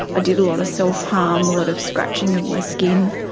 did a lot of self-harm, a lot of scratching of my skin.